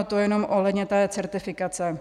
To jenom ohledně té certifikace.